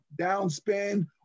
downspin